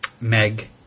Meg